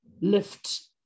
lift